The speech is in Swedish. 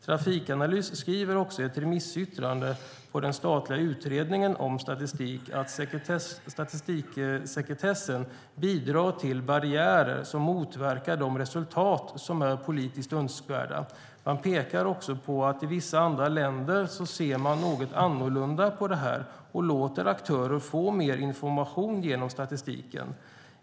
Trafikanalys skriver i ett remissyttrande på den statliga utredningen om statistik att statistiksekretessen bidrar till barriärer som motverkar de resultat som är politiskt önskvärda samt pekar på att man i vissa andra länder ser något annorlunda på detta och låter aktörer få mer information genom statistiken.